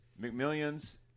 McMillions